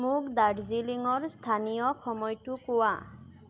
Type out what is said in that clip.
মোক দাৰ্জিলিঙৰ স্থানীয় সময়টো কোৱা